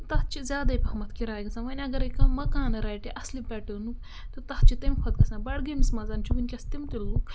تہٕ تَتھ چھِ زیادَے پَہمَتھ کِراے گژھان وۄنۍ اَگَرے کانٛہہ مکانہٕ رَٹہِ اَصلہِ پٮ۪ٹٲرٕنُک تہٕ تَتھ چھِ تَمہِ کھۄتہٕ گژھان بَڈگٲمِس منٛز چھُ وٕنۍکٮ۪س تِم تہِ لُکھ